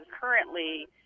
currently